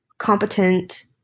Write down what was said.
competent